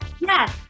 Yes